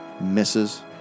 Misses